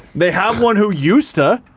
they have one who used to,